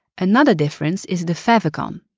another difference is the favicon,